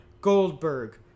Goldberg